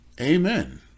Amen